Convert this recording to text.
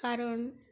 কারণ